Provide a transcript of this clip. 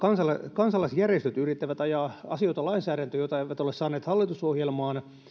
kansalaisjärjestöt yrittävät ajaa lainsäädäntöön asioita joita eivät ole saaneet hallitusohjelmaan